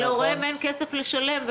שלהוריהם אין כסף לשלם,